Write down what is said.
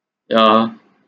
yeah